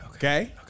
Okay